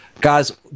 guys